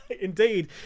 Indeed